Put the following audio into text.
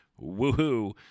woohoo